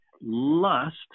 lust